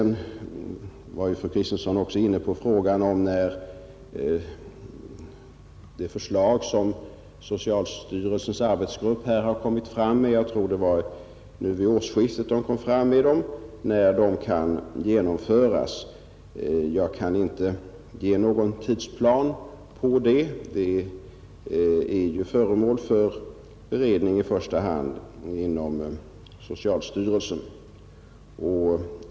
När de förslag kan genomföras som socialstyrelsens arbetsgrupp lagt fram — jag tror det var vid årsskiftet — kan jag inte ange någon tidplan för. Förslagen är ju föremål för beredning i första hand inom socialstyrelsen.